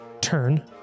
turn